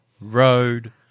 Road